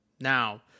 Now